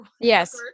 Yes